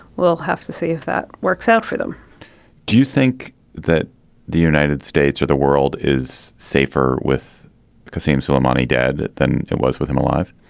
we'll have to see if that works out for them do you think that the united states or the world is safer with casinos salomone dead than it was with him alive?